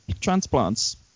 Transplants